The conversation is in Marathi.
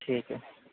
ठीक आहे